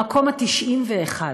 במקום ה-91.